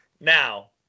Now